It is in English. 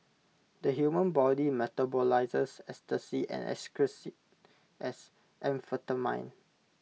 the human body metabolises ecstasy and excretes IT as amphetamine